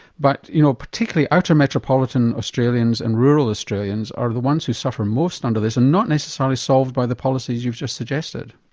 but you know particularly outer metropolitan australians and rural australians are the ones who suffer most under this and it's not necessarily solved by the policies you've just suggested.